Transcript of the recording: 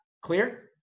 clear